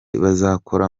bazakora